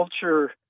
culture